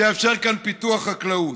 שיאפשר כאן פיתוח חקלאות,